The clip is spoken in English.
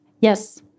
Yes